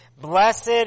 Blessed